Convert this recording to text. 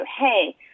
hey –